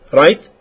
right